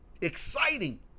exciting